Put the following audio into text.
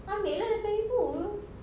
ambil lah daripada ibu